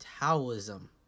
Taoism